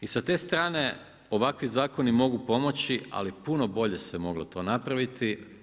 I sa te strane ovakvi zakoni mogu pomoći, ali puno bolje se moglo to napraviti.